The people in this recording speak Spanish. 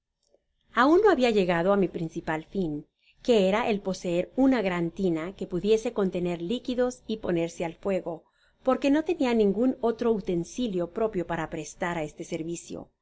aun no habia llegado á mi principal fin que era el poseer una gran tina que pudiese contener líquidos y ponerse al fuego porque no tenia ningun otro utensilio propio para prestar este servicio